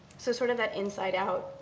so sort of that inside out,